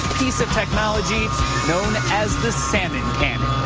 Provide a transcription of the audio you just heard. piece of technology known as the salmon cannon.